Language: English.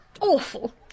Awful